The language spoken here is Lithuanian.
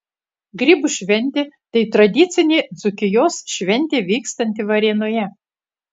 grybų šventė tai tradicinė dzūkijos šventė vykstanti varėnoje